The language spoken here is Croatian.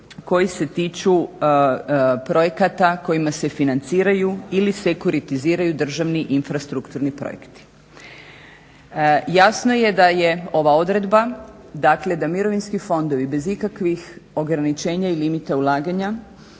koji se tiču projekata kojima se financiraju ili sekuritiziraju državni infrastrukturni projekti. Jasno je da je ova odredba, dakle da mirovinski fondovi bez ikakvih ograničenja i limita ulaganja